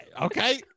Okay